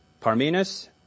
Parmenas